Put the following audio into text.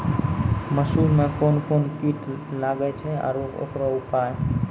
मसूर मे कोन कोन कीट लागेय छैय आरु उकरो उपाय?